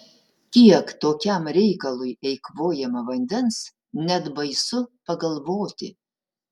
kiek tokiam reikalui eikvojama vandens net baisu pagalvoti